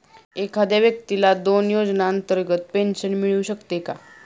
एखाद्या व्यक्तीला दोन योजनांतर्गत पेन्शन मिळू शकते का?